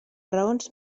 raons